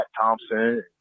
Thompson